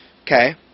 Okay